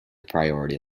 priority